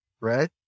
right